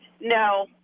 No